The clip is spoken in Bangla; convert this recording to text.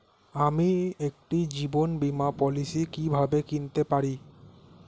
আমি একটি জীবন বীমা পলিসি কিভাবে কিনতে পারি?